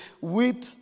weep